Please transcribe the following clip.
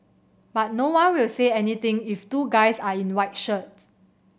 but no one will say anything if two guys are in white shirts